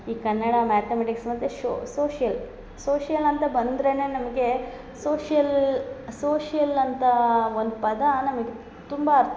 ಈ ಕನ್ನಡ ಮ್ಯಾತಮೆಟಿಕ್ಸ್ ಮತ್ತು ಶೋ ಸೋಷ್ಯಲ್ ಸೋಷ್ಯಲ್ ಅಂತ ಬಂದರೇನೆ ನಮಗೆ ಸೋಷ್ಯಲ್ ಸೋಷ್ಯಲ್ ಅಂಥಾ ಒಂದು ಪದ ನಮಗೆ ತುಂಬ ಅರ್ಥ